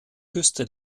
küste